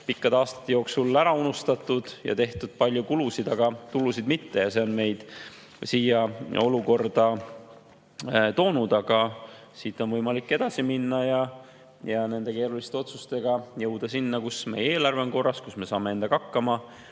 pikkade aastate jooksul just ära unustatud, on tehtud palju kulusid, aga tulusid [ei ole olnud]. See on meid siia olukorda toonud. Aga siit on võimalik edasi minna ja nende keeruliste otsustega jõuda sinna, kus meie eelarve on korras, me saame endaga hakkama